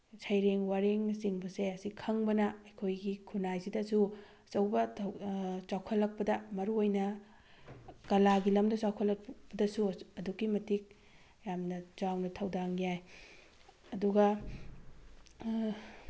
ꯁꯩꯔꯦꯡ ꯋꯥꯔꯦꯡꯅꯆꯤꯡꯕꯁꯦ ꯁꯤ ꯈꯪꯕꯅ ꯑꯩꯈꯣꯏꯒꯤ ꯈꯨꯅꯥꯏꯁꯤꯗꯁꯨ ꯑꯆꯧꯕ ꯆꯥꯎꯈꯠꯂꯛꯄꯗ ꯃꯔꯨꯑꯣꯏꯅ ꯀꯂꯥꯒꯤ ꯂꯝꯗ ꯆꯥꯎꯈꯠꯂꯛꯄꯗꯁꯨ ꯑꯗꯨꯛꯀꯤ ꯃꯇꯤꯛ ꯌꯥꯝꯅ ꯆꯥꯎꯅ ꯊꯧꯗꯥꯡ ꯌꯥꯏ ꯑꯗꯨꯒ